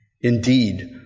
Indeed